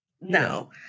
No